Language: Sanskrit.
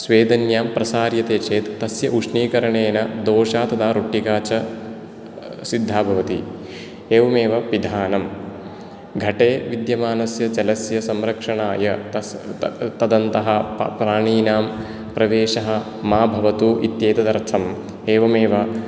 स्वेदन्यां प्रसार्यते चेत् तस्य उष्णीकरणेन दोशा तथा रोट्टिका च सिद्धा भवति एवमेव पिधानं घटे विद्यमानस्य जलस्य संरक्षणाय तदन्तः प्राणीनां प्रवेशः मा भवतु इत्येतदर्थम् एवमेव